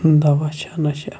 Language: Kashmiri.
دَوا چھَ نہ چھَ